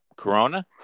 Corona